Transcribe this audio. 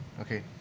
Okay